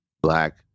Black